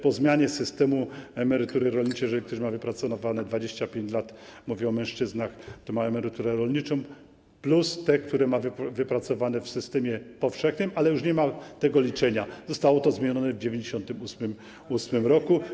Po zmianie systemu emerytury rolniczej, jeżeli ktoś ma wypracowane 25 lat, mówię o mężczyznach, to ma emeryturę rolniczą, plus te, które ma wypracowane w systemie powszechnym, ale już nie ma tego liczenia, zostało to zmienione w 1998 r.